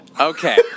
Okay